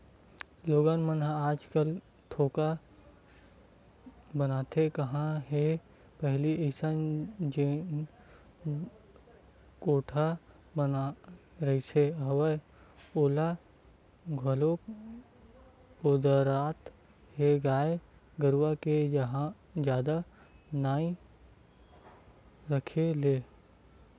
लोगन मन ह आजकल कोठा बनाते काँहा हे पहिली जइसे जेन कोठा बने रिहिस हवय ओला घलोक ओदरात हे गाय गरुवा के जादा नइ रखे ले